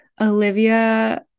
Olivia